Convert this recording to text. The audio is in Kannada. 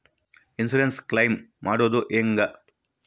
ಇನ್ಸುರೆನ್ಸ್ ಕ್ಲೈಮು ಮಾಡೋದು ಹೆಂಗ?